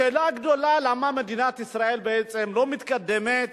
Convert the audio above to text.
השאלה הגדולה, למה מדינת ישראל בעצם לא מתקדמת